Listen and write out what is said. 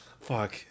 Fuck